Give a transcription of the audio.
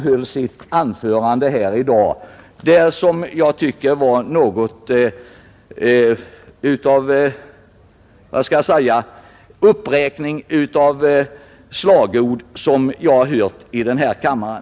Det var ett anförande som jag tyckte var en uppräkning av alla de slagord vi tidigare hört i denna kammare.